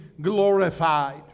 glorified